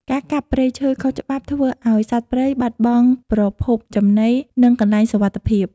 ការកាប់ព្រៃឈើខុសច្បាប់ធ្វើឱ្យសត្វព្រៃបាត់បង់ប្រភពចំណី និងកន្លែងសុវត្ថិភាព។